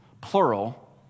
plural